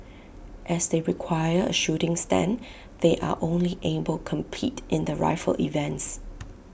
as they require A shooting stand they are only able compete in the rifle events